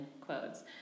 quotes